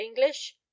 English